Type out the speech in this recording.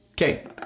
Okay